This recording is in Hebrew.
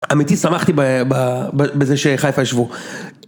אמיתי שמחתי בזה שחיפה ישבו.